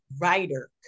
writer